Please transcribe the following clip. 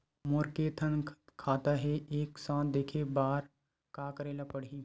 मोर के थन खाता हे एक साथ देखे बार का करेला पढ़ही?